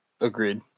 Agreed